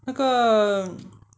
那个